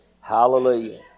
Hallelujah